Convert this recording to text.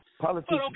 politics